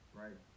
right